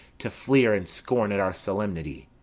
to fleer and scorn at our solemnity?